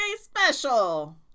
special